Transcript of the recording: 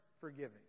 forgiving